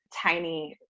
tiny